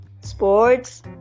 sports